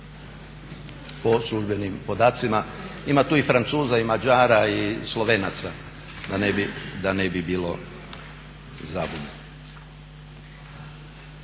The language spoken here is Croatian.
po službenim podacima. Ima tu i Francuza i Mađara i Slovenaca da ne bi bilo zabune.